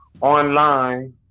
online